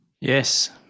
Yes